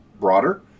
broader